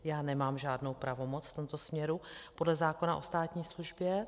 Já nemám žádnou pravomoc v tomto směru podle zákona o státní službě.